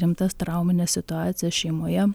rimtas traumines situacijas šeimoje